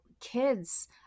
kids